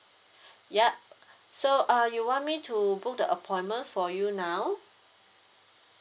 ya so uh you want me to book the appointment for you now